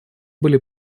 были